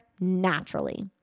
naturally